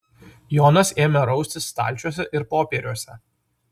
jonas ėmė raustis stalčiuose ir popieriuose